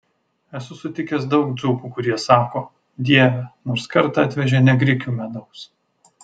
esu sutikęs daug dzūkų kurie sako dieve nors kartą atvežė ne grikių medaus